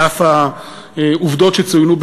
על אף העובדות שצוינו,